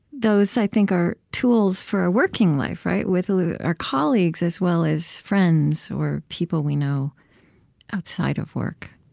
those, i think, are tools for our working life, right? with our colleagues as well as friends or people we know outside of work